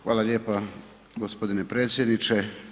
Hvala lijepa gospodine predsjedniče.